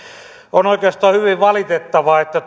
on oikeastaan hyvin valitettavaa että